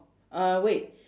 uh wait